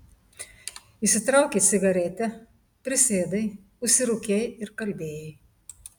išsitraukei cigaretę prisėdai užsirūkei ir kalbėjai